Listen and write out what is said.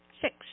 Six